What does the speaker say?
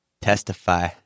Testify